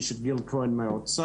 יש את גיל כהן מהאוצר,